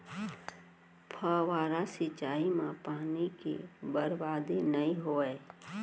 फवारा सिंचई म पानी के बरबादी नइ होवय